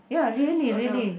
oh no